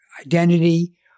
identity